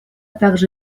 также